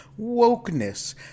Wokeness